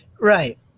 right